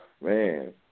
Man